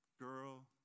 Girl